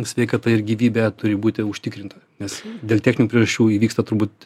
sveikata ir gyvybė turi būti užtikrinta nes dėl techninių priežasčių įvyksta turbūt